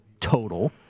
total